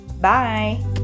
Bye